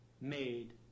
made